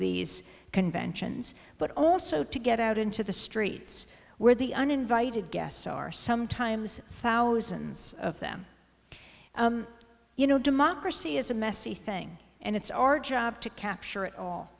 these conventions but also to get out into the streets where the uninvited guests are sometimes thousands of them you know democracy is a messy thing and it's our job to capture it all